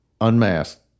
unmasked